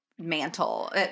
mantle